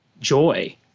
joy